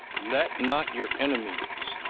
let not your enemies,